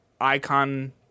icon